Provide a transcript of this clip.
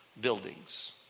buildings